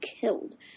killed